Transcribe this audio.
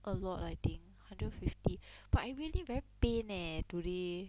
a lot I think hundred fifty but I really very pain leh today